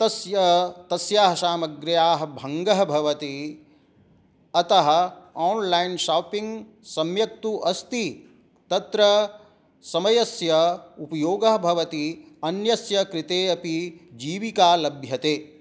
तस्य तस्याः सामग्र्याः भङ्गः भवति अतः आन्लैन् शापिङ्ग् सम्यक् तु अस्ति तत्र समयस्य उपयोगः भवति अन्यस्य कृते अपि जीविका लभ्यते